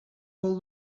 vol